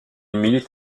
milite